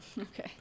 Okay